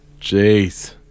Jeez